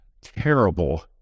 terrible